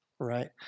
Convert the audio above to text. right